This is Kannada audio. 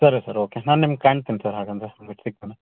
ಸರಿ ಸರ್ ಓಕೆ ನಾನು ನಿಮಗೆ ಕಾಣ್ತೀನಿ ಸರ್ ಹಾಗಂದರೆ ನಿಮಗೆ ಸಿಕ್ತೇನೆ